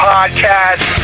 Podcast